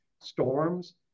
storms